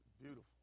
Beautiful